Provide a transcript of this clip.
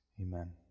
Amen